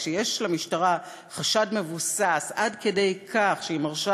כשיש למשטרה חשד מבוסס עד כדי כך שהיא מרשה